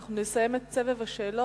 אנחנו נסיים את סבב השאלות.